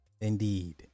indeed